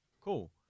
cool